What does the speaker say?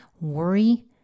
worry